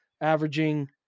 averaging